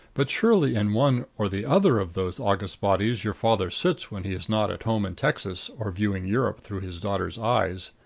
but surely in one or the other of those august bodies your father sits when he is not at home in texas or viewing europe through his daughter's eyes.